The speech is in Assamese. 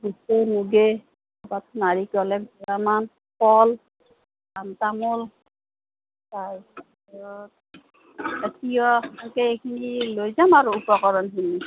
বুটে মুগে ক'ৰবাত নাৰিকল দুটামান কল পাণ তামোল তাৰপিছত এই তিয়ঁহ তাকে সেইখিনি লৈ যাম আৰু উপকৰণখিনি